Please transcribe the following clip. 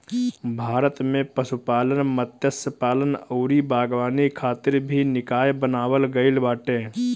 भारत में पशुपालन, मत्स्यपालन अउरी बागवानी खातिर भी निकाय बनावल गईल बाटे